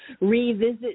revisit